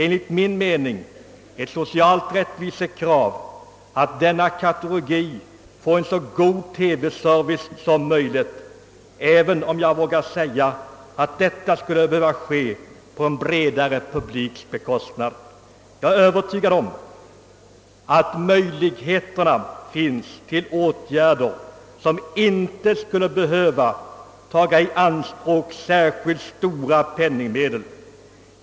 Enligt min mening är det ett socialt rättvisekrav att denna kategori får en så god TV-service som möjligt, även om detta måste ske på en bredare publiks bekostnad. Jag är övertygad om att möjligheter finns att vidta åtgärder, som inte skulle behöva ta särskilt stora penningmedel i anspråk.